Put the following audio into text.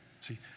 see